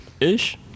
Ish